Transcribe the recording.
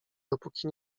dopóki